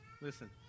Listen